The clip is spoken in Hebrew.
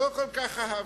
לא כל כך אהבתי.